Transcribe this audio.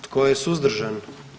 Tko je suzdržan?